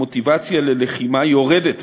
המוטיבציה ללחימה יורדת,